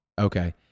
okay